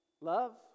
Love